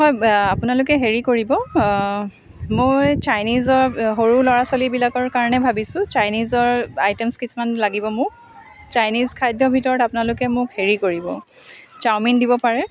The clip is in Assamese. হয় আপোনালোকে হেৰি কৰিব মই চাইনিজত সৰু ল'ৰা ছোৱালীবিলাকৰ কাৰণে ভাবিছোঁ চাইনিজৰ আইটেমছ কিছুমান লাগিব মোক চাইনিজ খাদ্যৰ ভিতৰত আপোনালোকে মোক হেৰি কৰিব চাওমিন দিব পাৰে